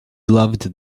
loved